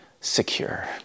secure